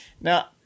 Now